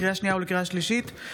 לקריאה שנייה ולקריאה שלישית,